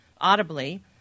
audibly